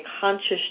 conscious